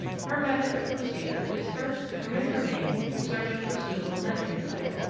her method of procedure is first to permit her mate to search for a suitable nesting site.